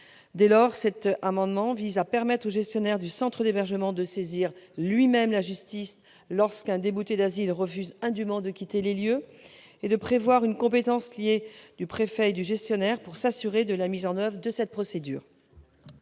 indûment. Cet amendement vise donc à permettre au gestionnaire du centre d'hébergement de saisir lui-même la justice lorsqu'un débouté du droit d'asile refuse indûment de quitter les lieux et à prévoir une compétence liée du préfet et du gestionnaire pour s'assurer de la mise en oeuvre de cette procédure.